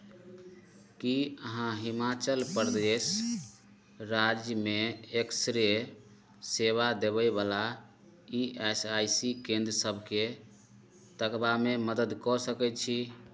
की अहाँ हिमाचल प्रदेश राज्यमे X ray सेवा देबयवला ई एस आइ सी केन्द्र सभकेँ तकबामे मदति कऽ सकैत छी